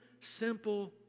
simple